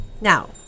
now